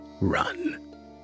run